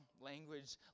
language